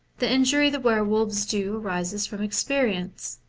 the injury the were-wolves do arises from experience.